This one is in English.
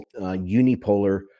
unipolar